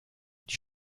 die